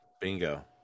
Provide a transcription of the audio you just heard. Bingo